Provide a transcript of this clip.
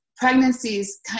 Pregnancies